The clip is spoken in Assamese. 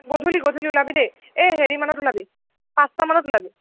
গধূলি গধূলি ওলাবি দেই এই হেৰি মানত ওলাবি পাঁচটা মানত ওলাবি